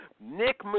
Nick